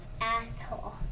Asshole